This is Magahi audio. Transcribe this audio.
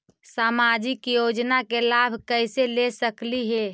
सामाजिक योजना के लाभ कैसे ले सकली हे?